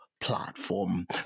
platform